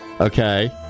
okay